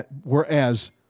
whereas